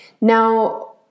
Now